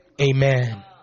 Amen